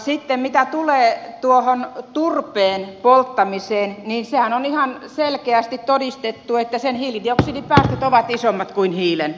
sitten mitä tulee turpeen polttamiseen niin sehän on ihan selkeästi todistettu että sen hiilidioksidipäästöt ovat isommat kuin hiilen